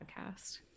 podcast